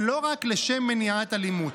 ולא רק לשם מניעת אלימות.